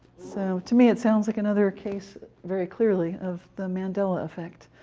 so to me, it sounds like another case, very clearly, of the mandela effect.